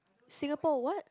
Singapore what